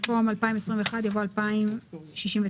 שצריך למצוא פתרון לעיוותים שקורים בו,